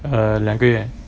err 两个月